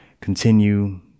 continue